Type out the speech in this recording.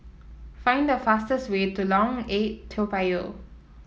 find the fastest way to Lorong Eight Toa Payoh